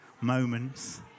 moments